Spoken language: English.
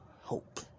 hope